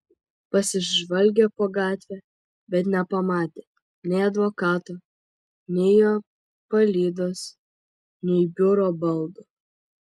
pasižvalgė po gatvę bet nepamatė nei advokato nei jo palydos nei biuro baldų